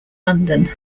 london